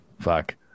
fuck